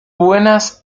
buenas